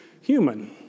human